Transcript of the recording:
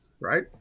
right